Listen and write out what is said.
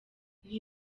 nti